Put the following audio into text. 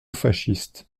fascistes